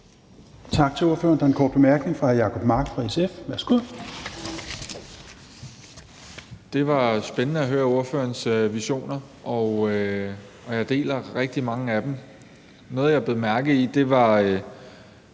Tak til ordføreren. Der er en kort bemærkning fra hr. Jacob Mark fra SF. Værsgo. Kl. 10:40 Jacob Mark (SF): Det var spændende at høre ordførerens visioner, og jeg deler rigtig mange af dem. Noget, jeg bed mærke i, var